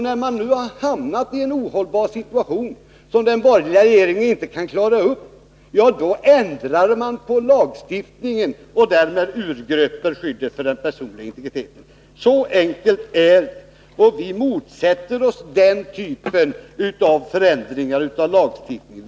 När man nu har hamnat i en ohållbar situation, som den borgerliga regeringen inte kan klara upp, då ändrar man på lagstiftningen och urgröper därmed skyddet för den personliga integriteten. Så enkelt är det. Vi motsätter oss den typen av förändringar i lagstiftningen.